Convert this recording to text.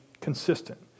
consistent